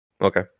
Okay